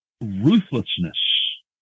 ruthlessness